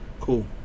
cool